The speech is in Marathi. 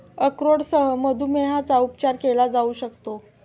अक्रोडसह मधुमेहाचा उपचार केला जाऊ शकतो